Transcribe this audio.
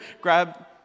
grab